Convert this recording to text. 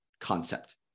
concept